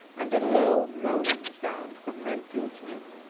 and a low, moaning sound from renfield's room.